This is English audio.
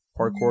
parkour